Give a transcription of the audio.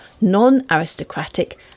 non-aristocratic